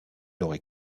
aurait